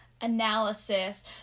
analysis